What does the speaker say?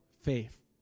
faith